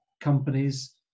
companies